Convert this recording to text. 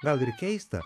gal ir keista